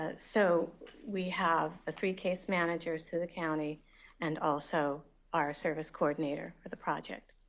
ah so we have the three case managers through the county and also our service coordinator for the project.